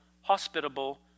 hospitable